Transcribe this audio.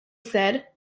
said